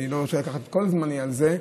אני לא רוצה לקחת את כל זמני על זה,